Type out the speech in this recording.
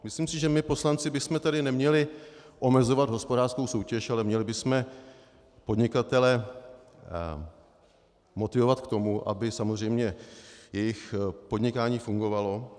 Myslím si, že my poslanci bychom tady neměli omezovat hospodářskou soutěž, ale měli bychom podnikatele motivovat k tomu, aby samozřejmě jejich podnikání fungovalo.